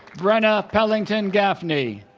brenna pellington gaffney